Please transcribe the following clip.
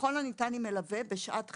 ככל הניתן עם מלווה בשעת חירום.